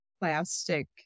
plastic